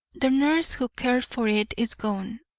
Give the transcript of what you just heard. the nurse who cared for it is gone,